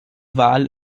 wal